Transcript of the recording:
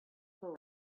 phone